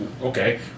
okay